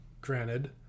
granted –